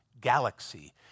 galaxy